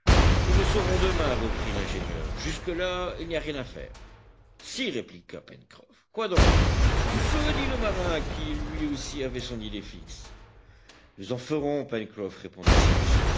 nous le saurons demain reprit l'ingénieur jusque-là il n'y a rien à faire si répliqua pencroff quoi donc du feu dit le marin qui lui aussi avait son idée fixe nous en ferons pencroff répondit